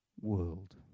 world